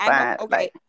okay